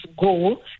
go